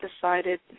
decided